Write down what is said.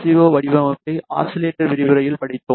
ஓ வடிவமைப்பை ஆஸிலேட்டர் விரிவுரையில் படித்தோம்